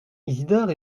isidore